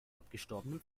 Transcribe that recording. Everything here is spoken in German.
abgestorbenen